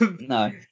No